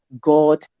god